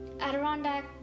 Adirondack